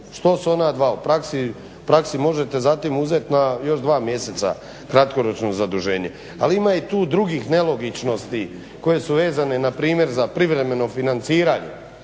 Što sa ona dva? U praksi možete zatim uzeti na još dva mjeseca kratkoročno zaduženje, ali ima i tu drugih nelogičnosti koje su vezane na primjer za privremeno financiranje.